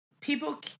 People